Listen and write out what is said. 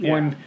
One